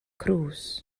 cruise